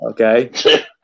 Okay